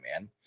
man